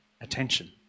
attention